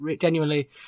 genuinely